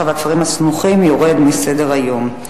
מי שנגד, הוא בעד להסיר מסדר-היום.